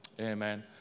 amen